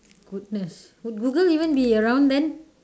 goodness would google even be around then